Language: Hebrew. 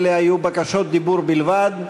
אלה היו בקשות דיבור בלבד,